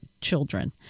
children